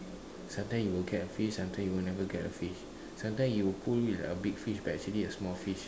sometimes you will get a fish sometimes you will never get a fish sometimes you pull a big fish but actually a small fish